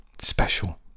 special